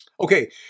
Okay